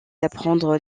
d’apprendre